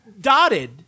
dotted